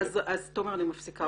אז, תומר, אני מפסיקה אותך.